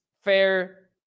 fair